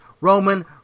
Roman